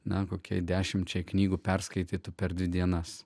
na kokia dešimčia knygų perskaitytų per dvi dienas